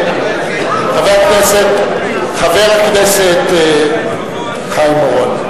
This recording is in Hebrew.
חבר הכנסת חיים אורון,